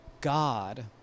God